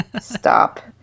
stop